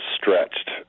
stretched